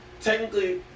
Technically